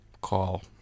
call